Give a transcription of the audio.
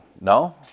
no